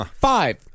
Five